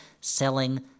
selling